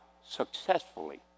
successfully